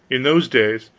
in those days,